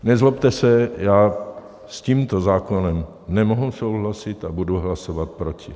Nezlobte se, já s tímto zákonem nemohu souhlasit a budu hlasovat proti.